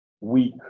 weak